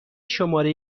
شماره